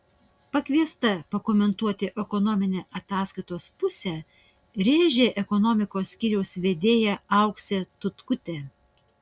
pakviesta pakomentuoti ekonominę ataskaitos pusę rėžė ekonomikos skyriaus vedėja auksė tutkutė